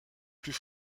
plus